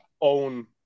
own